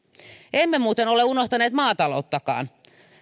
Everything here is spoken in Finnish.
emme muuten ole unohtaneet maatalouttakaan